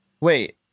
Wait